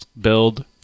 build